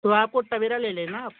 तो आप को टबेरा ले ले ना आप